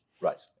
Right